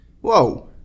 Whoa